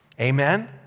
Amen